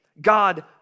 God